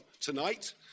tonight